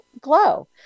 glow